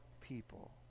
people